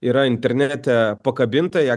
yra internete pakabinta ją